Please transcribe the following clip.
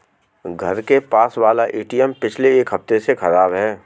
घर के पास वाला एटीएम पिछले एक हफ्ते से खराब है